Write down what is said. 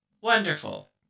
Wonderful